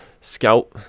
Scout